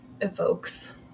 evokes